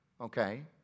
okay